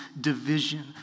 division